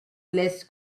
less